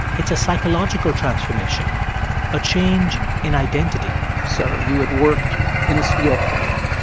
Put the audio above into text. it's a psychological transformation a change in identity so you had worked in a steel plant.